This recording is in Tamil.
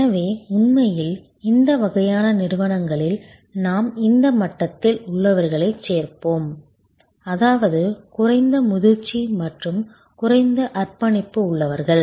எனவே உண்மையில் இந்த வகையான நிறுவனங்களில் நாம் இந்த மட்டத்தில் உள்ளவர்களைச் சேர்ப்போம் அதாவது குறைந்த முதிர்ச்சி மற்றும் குறைந்த அர்ப்பணிப்பு உள்ளவர்கள்